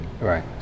Right